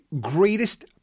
greatest